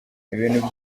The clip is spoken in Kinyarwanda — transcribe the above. ibintu